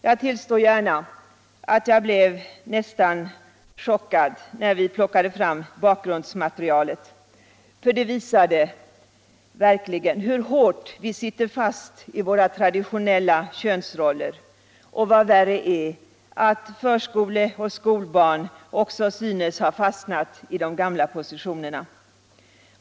Jag tillstår gärna att jag blev nästan chockad när vi plockade fram bakgrundsmaterialet av att se hur hårt vi sitter fast i våra traditionella könsroller och, vad värre är, att förskole och skolbarn också synes ha fastnat i de gamla positionerna.